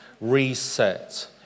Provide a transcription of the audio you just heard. reset